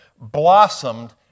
blossomed